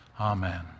Amen